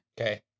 Okay